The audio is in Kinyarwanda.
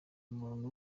muntu